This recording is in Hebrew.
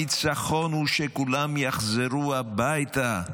הניצחון הוא שכולם יחזרו הביתה.